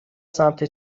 سمت